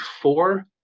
four